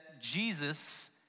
Jesus